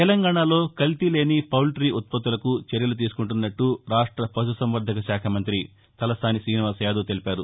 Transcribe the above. తెలంగాణలో కల్తీ లేని పౌల్టీ ఉత్పత్తులకు చర్యలు తీసుకుంటున్నట్టు రాష్ట పశుసంవర్ధకశాఖ మంత్రి తలసాని కీనివాసయాదవ్ తెలిపారు